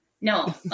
No